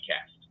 cast